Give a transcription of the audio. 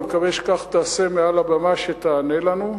אני מקווה שכך תעשה מעל הבמה כשתענה לנו,